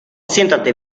siéntate